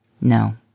No